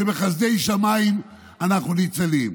שבחסדי שמיים אנחנו ניצלים,